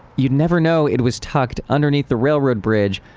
you'd never know it was tucked underneath the railroad bridge.